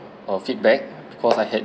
a feedback because I had